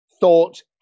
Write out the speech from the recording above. thought